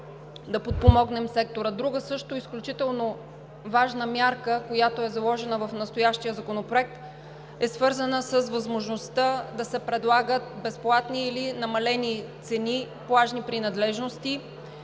да подпомогнем сектора. Друга също изключително важна мярка, която е заложена в настоящия законопроект, е свързана с възможността да се предлагат безплатни или намалени цени и плажни принадлежности.